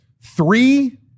three